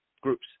groups